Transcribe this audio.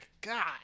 God